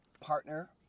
Partner